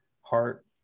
heart